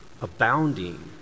abounding